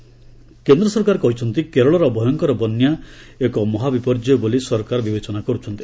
Kerala flood କେନ୍ଦ୍ର ସରକାର କହିଛନ୍ତି କେରଳର ଭୟଙ୍କର ବନ୍ୟା ଏକ ମହାବିପର୍ଯ୍ୟୟ ବୋଲି ସରକାର ବିବେଚନା କରୁଛନ୍ତି